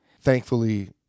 Thankfully